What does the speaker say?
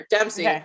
Dempsey